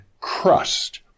crust